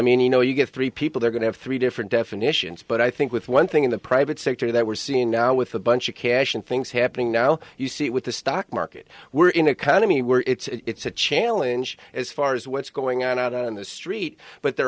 mean you know you get three people they're going to have three different definitions but i think with one thing in the private sector that we're seeing now with a bunch of cash and things happening now you see it with the stock market we're in economy where it's a challenge as far as what's going on out on the street but the